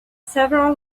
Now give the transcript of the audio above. several